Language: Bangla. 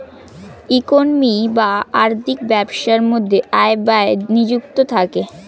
ইকোনমি বা আর্থিক ব্যবস্থার মধ্যে আয় ব্যয় নিযুক্ত থাকে